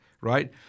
right